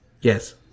Yes